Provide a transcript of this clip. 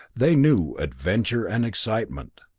they knew adventure and excitement,